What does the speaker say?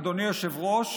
אדוני היושב-ראש,